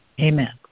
Amen